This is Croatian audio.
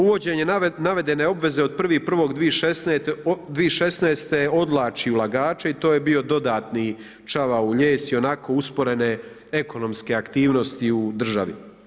Uvođenje navedene obveze od 1.1.2016. odvlači ulagače i to je bio dodatni čavao u lijes ionako usporene ekonomske aktivnosti u državi.